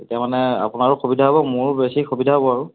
তেতিয়া মানে আপোনাৰ সুবিধা হ'ব মোৰো বেছি সুবিধা হ'ব আৰু